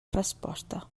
resposta